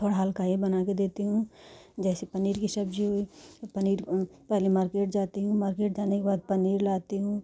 थोड़ा हल्का ही बना के देती हूँ जैसे पनीर कि सब्जी हुई पनीर पहले मार्किट जाती हूँ मार्किट जाने के बाद पनीर लाती हूँ